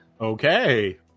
Okay